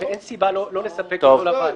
ואין סיבה לא לספק אותו לוועדה.